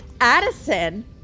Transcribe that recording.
Addison